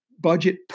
budget